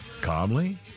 Calmly